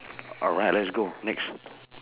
alright let's go next